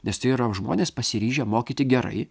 nes tai yra žmonės pasiryžę mokyti gerai